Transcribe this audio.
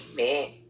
amen